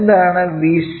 എന്താണ് Vc1